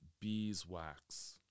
beeswax